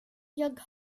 jag